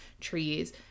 trees